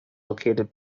located